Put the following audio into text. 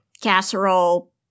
casserole